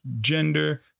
gender